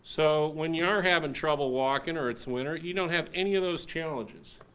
so when you're having trouble walking or it's winter you don't have any of those challenges.